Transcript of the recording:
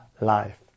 life